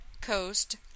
Coast